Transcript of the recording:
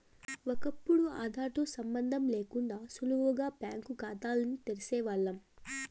ఒకప్పుడు ఆదార్ తో సంబందం లేకుండా సులువుగా బ్యాంకు కాతాల్ని తెరిసేవాల్లం